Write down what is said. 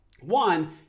One